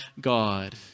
God